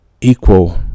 equal